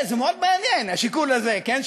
זה מאוד מעניין, השיקול הזה, כן?